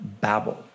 Babel